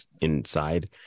inside